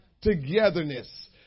togetherness